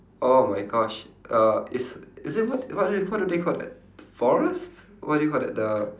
oh my gosh uh is is it what what do what do they call that forest what do you call that the